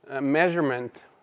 measurement